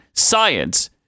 science